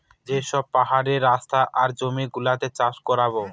যে সব পাহাড়ের রাস্তা আর জমি গুলোতে চাষ করাবো